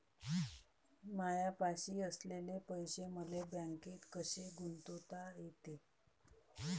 मायापाशी असलेले पैसे मले बँकेत कसे गुंतोता येते?